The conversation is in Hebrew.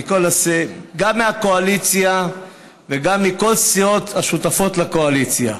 גם בקואליציה וגם מכל הסיעות השותפות לקואליציה,